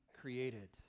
created